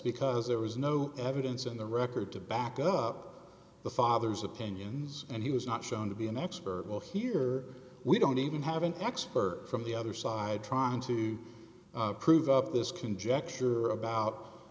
because there was no evidence in the record to back up the father's opinions and he was not shown to be an expert but here we don't even have an expert from the other side trying to prove up this conjecture about